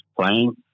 playing